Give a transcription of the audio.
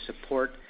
support